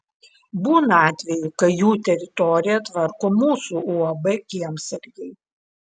būna atvejų kai jų teritoriją tvarko mūsų uab kiemsargiai